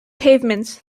pavements